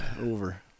over